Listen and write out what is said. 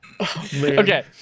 Okay